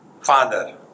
father